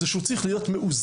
זה שהוא צריך להיות מאוזן,